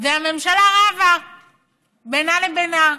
והממשלה רבה בינה לבין עצמה,